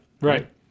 Right